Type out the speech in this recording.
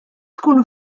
tkunu